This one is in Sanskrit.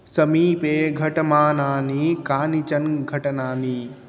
समीपे घटमानानि कानिचन घटनानि